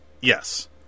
Yes